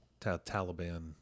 Taliban